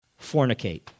fornicate